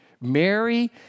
Mary